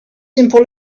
simple